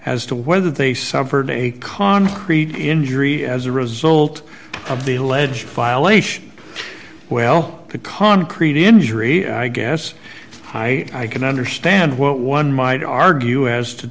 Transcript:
as to whether they suffered a concrete injury as a result of the alleged violations well the concrete injury i guess i can understand what one might argue as to